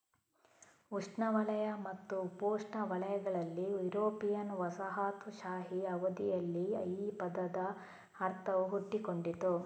ಉಷ್ಣವಲಯ ಮತ್ತು ಉಪೋಷ್ಣವಲಯಗಳಲ್ಲಿ ಯುರೋಪಿಯನ್ ವಸಾಹತುಶಾಹಿ ಅವಧಿಯಲ್ಲಿ ಈ ಪದದ ಅರ್ಥವು ಹುಟ್ಟಿಕೊಂಡಿತು